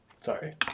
Sorry